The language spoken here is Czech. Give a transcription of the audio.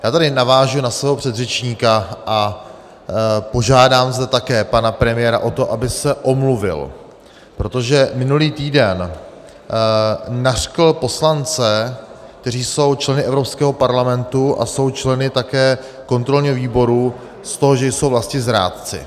Já tady navážu na svého předřečníka a požádám zde také pana premiéra o to, aby se omluvil, protože minulý týden nařkl poslance, kteří jsou členy Evropského parlamentu a jsou členy také kontrolního výboru, z toho, že jsou vlastizrádci.